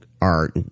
art